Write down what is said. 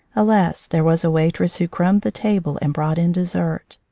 alas, there was a waitress who crumbed the table and brought in dessert.